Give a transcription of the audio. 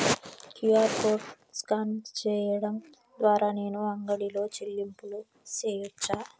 QR code scan సేయడం ద్వారా నేను అంగడి లో చెల్లింపులు సేయొచ్చా?